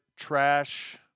Trash